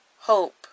hope